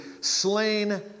slain